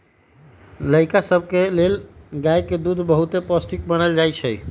लइका सभके लेल गाय के दूध बहुते पौष्टिक मानल जाइ छइ